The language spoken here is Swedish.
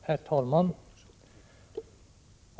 Herr talman!